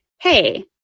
hey